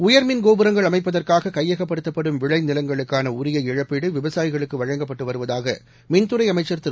உயர் மின் கோபுரங்கள் அமைப்பதற்காககையகப்படுத்தப்படும் விளைநிலங்களுக்கானஉரிய இழப்பீடுவிவசாயிகளுக்குவழங்கப்பட்டுவருவதாகமின்துறைஅமைச்சர் திரு